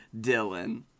Dylan